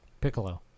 Piccolo